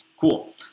cool